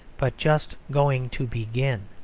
but just going to begin,